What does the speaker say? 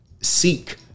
seek